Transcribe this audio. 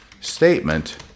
statement